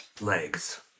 Legs